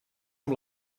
amb